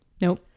nope